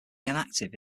inactive